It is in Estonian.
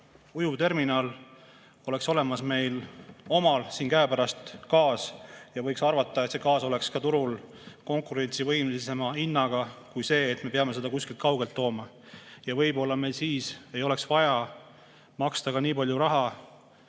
ujuvterminal olemas, oleks meil omal gaas käepärast. Võib arvata, et see gaas oleks ka turul konkurentsivõimelisema hinnaga kui see, mida me peame kuskilt kaugelt tooma. Ja võib-olla meil siis ei oleks vaja maksta nii palju raha